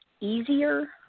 easier